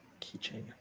Keychain